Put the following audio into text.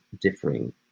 differing